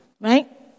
right